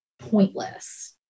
Pointless